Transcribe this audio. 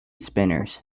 spinners